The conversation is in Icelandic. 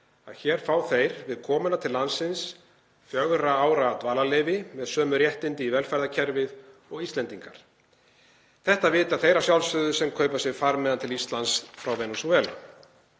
er sú að við komuna til landsins fær fólk fjögurra ára dvalarleyfi með sömu réttindi í velferðarkerfinu og Íslendingar. Þetta vita þeir að sjálfsögðu sem kaupa sér farmiða til Íslands frá Venesúela.